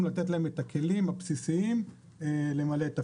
לתת להם את הכלים הבסיסיים למלא את תפקידם.